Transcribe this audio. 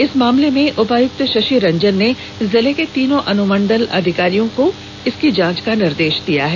इस मामले में उपायुक्त शशिरंजन ने जिले के तीनों अनुमंडल के अधिकारियों को जांच का निर्देश दिया है